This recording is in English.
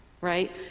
right